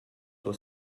tua